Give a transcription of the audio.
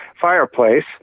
fireplace